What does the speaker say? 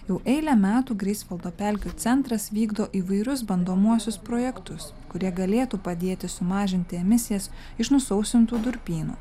jau eilę metų greifsvaldo pelkių centras vykdo įvairius bandomuosius projektus kurie galėtų padėti sumažinti emisijas iš nusausintų durpynų